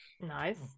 nice